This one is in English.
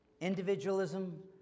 individualism